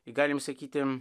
galima sakyti